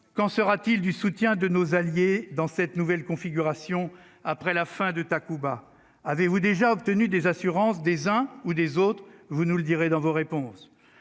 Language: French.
qu'en sera-t-il du soutien de nos alliés dans cette nouvelle configuration après la fin de Takuba avez-vous déjà obtenu des assurances des uns ou des autres, vous nous le direz dans vos réponses,